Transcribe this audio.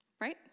right